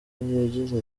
yagize